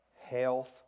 Health